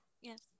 Yes